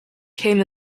came